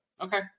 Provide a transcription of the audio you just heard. Okay